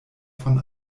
von